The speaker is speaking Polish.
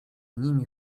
nimi